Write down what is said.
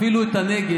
אפילו את הנגב,